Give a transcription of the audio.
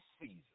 season